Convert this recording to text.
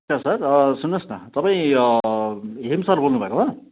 sir सुन्नुहोस् न तपाईँ हिम सर बोल्नु भएको हो